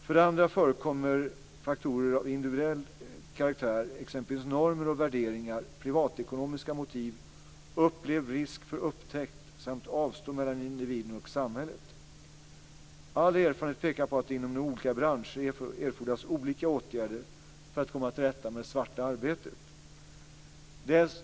För det andra förekommer faktorer av individuell karaktär, t.ex. normer och värderingar, privatekonomiska motiv, upplevd risk för upptäckt samt avstånd mellan individen och samhället. All erfarenhet pekar på att det inom olika branscher erfordras olika åtgärder för att komma till rätta med det svarta arbetet.